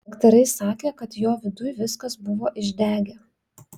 daktarai sakė kad jo viduj viskas buvo išdegę